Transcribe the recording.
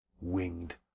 winged